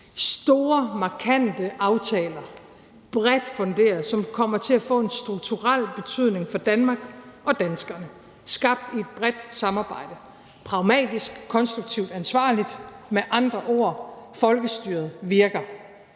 store, markante aftaler, bredt funderede, som kommer til at få en strukturel betydning for Danmark og danskerne, skabt i et bredt samarbejde, pragmatisk, konstruktivt, ansvarligt. Med andre ord: Folkestyret virker.